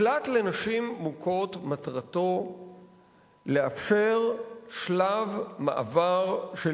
מקלט לנשים מוכות מטרתו לאפשר שלב מעבר של